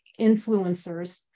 influencers